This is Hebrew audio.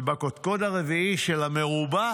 בקודקוד הרביעי של המרובע